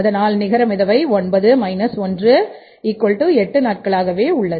அதனால்நிகர மிதவை 9 18 நாட்களாகஉள்ளது